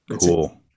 cool